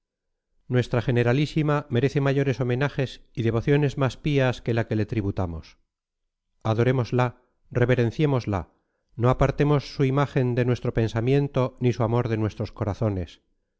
nuestra generalísima merece mayores homenajes y devociones más pías que la que le tributamos adorémosla reverenciémosla no apartemos su imagen de nuestro pensamiento ni su amor de nuestros corazones